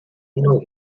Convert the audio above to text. know